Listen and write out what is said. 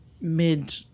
mid